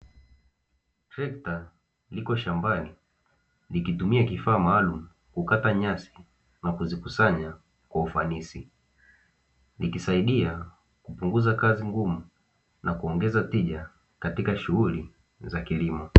Trekta liko shambani likitumia kifaa maalumu kukata nyasi na kuzikusanya kwa ufanisi, likisaidia kupunguza kazi ngumu na kuongeza tija katika shughuli za kilimo.